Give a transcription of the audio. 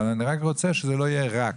אבל אני רק רוצה שזה לא יהיה רק.